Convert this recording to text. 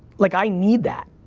like i need that.